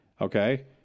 Okay